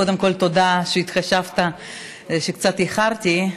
קודם כול תודה שהתחשבת שקצת איחרתי.